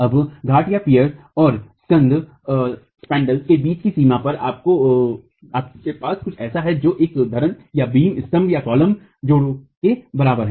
अब घाटपियर्स और स्कन्ध स्पैन्ड्रल्स के बीच की सीमा पर आपके पास कुछ ऐसा है जो एक धरनबीम स्तंभकॉलम जोड़ों के बराबर है